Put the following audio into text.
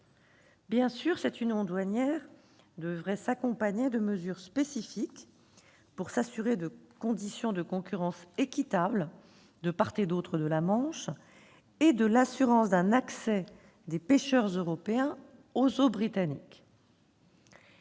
Bien sûr, cette union douanière aurait dû s'accompagner de mesures spécifiques pour s'assurer de conditions de concurrence équitables de part et d'autre de la Manche et de l'assurance d'un accès des pêcheurs européens aux eaux britanniques.